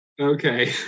Okay